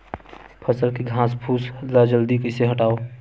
फसल के घासफुस ल जल्दी कइसे हटाव?